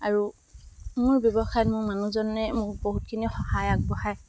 আৰু মোৰ ব্যৱসায়ত মোৰ মানুহজনে মোক বহুতখিনি সহায় আগবঢ়ায়